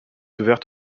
ouverte